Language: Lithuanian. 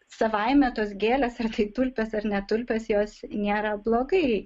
savaime tos gėlės ar tai tulpes ar ne tulpės jos nėra blogai